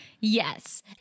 Yes